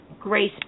Grace